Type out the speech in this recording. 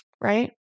right